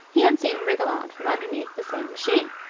he had seen wriggle out from underneath the same machine.